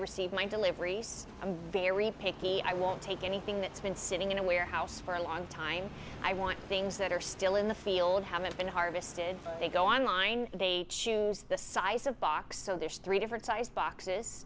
receive my deliveries i'm very picky i won't take anything that's been sitting in a warehouse for a long time i want things that are still in the field haven't been harvested they go online they choose the size of box so there's three different sized boxes